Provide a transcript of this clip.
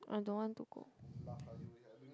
I don't want to go